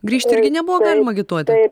grįžti irgi nebuvo galima agituoti